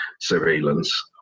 surveillance